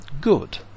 good